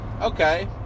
Okay